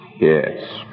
Yes